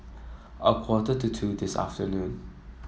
a quarter to two this afternoon